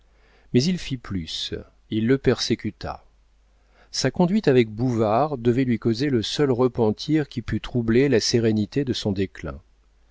mais il fit plus il le persécuta sa conduite avec bouvard devait lui causer le seul repentir qui pût troubler la sérénité de son déclin